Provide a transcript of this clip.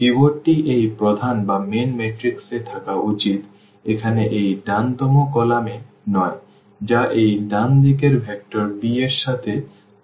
পিভটটি এই প্রধান ম্যাট্রিক্স এ থাকা উচিত এখানে এই ডান তম কলাম এ নয় যা এই ডান দিকের ভেক্টর b এর সাথে করেস্পন্ড